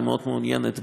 ומאוד מעוניינת.